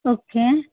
okay